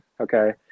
Okay